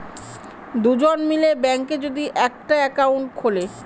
দুজন মিলে ব্যাঙ্কে যদি একটা একাউন্ট খুলে